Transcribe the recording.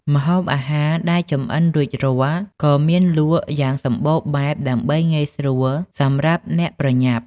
ម្ហូបអាហារដែលចម្អិនរួចរាល់ក៏មានលក់យ៉ាងសម្បូរបែបដើម្បីងាយស្រួលសម្រាប់អ្នកប្រញាប់។